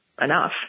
enough